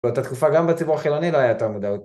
באותה תקופה גם בציבור החילוני ‫לא הייתה מודעות.